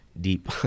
deep